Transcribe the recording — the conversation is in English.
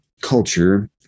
culture